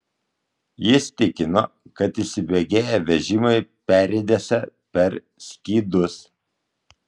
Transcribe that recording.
jis tikino kad įsibėgėję vežimai perriedėsią per skydus